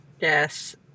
Yes